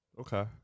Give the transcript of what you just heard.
Okay